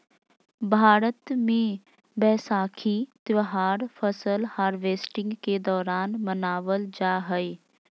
भारत मे वैसाखी त्यौहार फसल हार्वेस्टिंग के दौरान मनावल जा हय